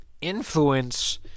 influence